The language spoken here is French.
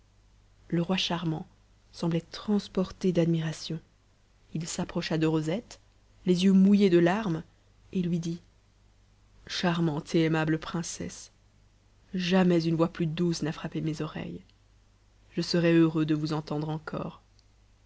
le roi charmant semblait transporté d'admiration il s'approcha de rosette les yeux mouillés de larmes et lui dit charmante et aimable princesse jamais une voix plus douce n'a frappé mes oreilles je serais heureux de vous entendre encore